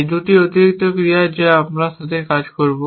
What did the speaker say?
এই দুটি অতিরিক্ত ক্রিয়া যা আমি আমার সাথে যোগ করব